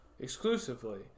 exclusively